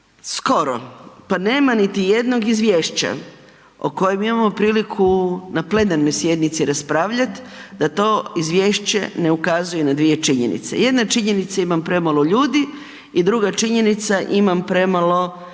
skoro pa nema niti jednog izvješća o kojem imamo priliku na plenarnoj sjednici raspravljat, da to izvješće ne ukazuje na dvije činjenica, jedna je činjenica imam premalo ljudi i druga činjenica imam premalo